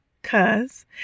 Cause